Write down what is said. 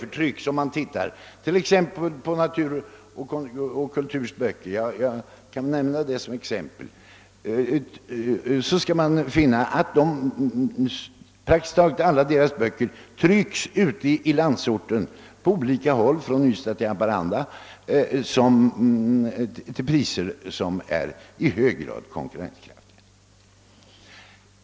Man kan konstatera att t.ex. praktiskt taget alla Natur och Kulturs böcker trycks på olika håll i landsorten, från Ystad till Haparanda, till priser som är i hög grad konkurrenskraftiga.